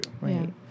Right